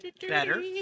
better